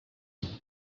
rwabo